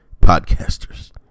podcasters